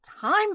time